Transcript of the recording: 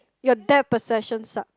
your depth perception sucks